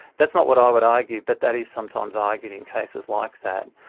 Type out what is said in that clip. that's not what i would argue, but that is sometimes argued in cases like that,